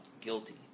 guilty